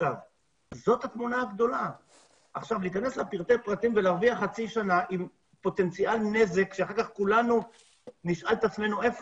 היחידות שאנחנו משמרים בפחם הן יחידות שלכולן יש מתקנים של SCR ו-FGD,